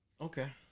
Okay